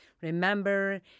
remember